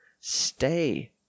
Stay